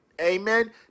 Amen